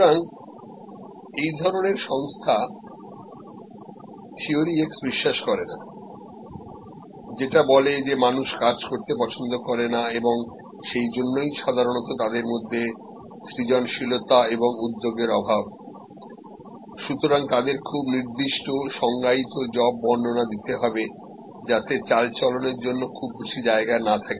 সুতরাং এই ধরনের সংস্থা থিওরি Xবিশ্বাস করে না যেটা বলে যে মানুষ কাজ করতে পছন্দ করেনা এবং সেই জন্যই সাধারণততাদের মধ্যে সৃজনশীলতা এবং উদ্যোগের অভাব সুতরাং তাদের খুব নির্দিষ্ট সংজ্ঞায়িত জব বর্ণনাদিতে হবে যাতে চালচলনের জন্য খুব বেশি জায়গা না থাকে